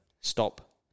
stop